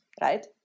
right